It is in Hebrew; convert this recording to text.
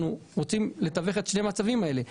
אנחנו רוצים לתווך את שני המצבים האלה.